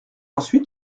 ensuite